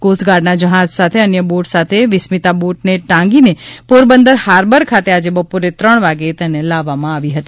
કોસ્ટગાર્ડના જહાજ સાથે અન્ય બોટ સાથે વિસ્મિતા બોટને ટાંગીને પોરબંદર હાર્બર ખાતે આજે બપોરે ત્રણ વાગે લાવવામાં આવી હતી